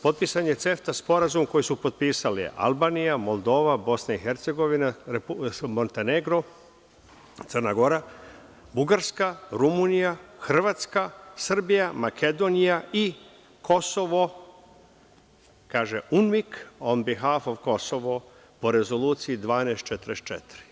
Potpisan je CEFTA Sporazum koji su potpisali Albanija, Moldova, BiH, Montenegro-Crna Gora, Bugarska, Rumunija, Hrvatska, Srbija, Makedonija i Kosovo, kaže UNMIK „on behalf of Kosovo“,po Rezoluciji 1244.